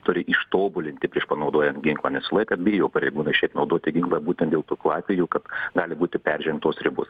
turi ištobulinti prieš panaudojant ginklą nes visą laiką bijo pareigūnai šiaip naudoti ginklą būtent dėl tokių atvejų kad gali būti peržengtos ribos